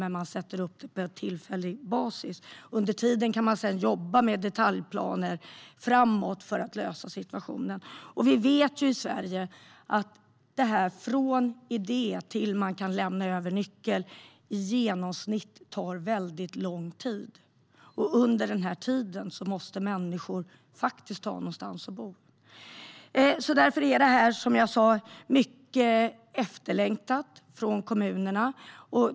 Men man sätter upp det på en tillfällig basis. Under tiden kan man sedan jobba med detaljplaner framåt för att lösa situationen. Vi vet att det i Sverige i genomsnitt tar väldigt lång tid från idé till att man kan lämna över en nyckel. Under den tiden måste människor faktiskt ha någonstans att bo. Därför är detta, som jag sa, mycket efterlängtat av kommunerna.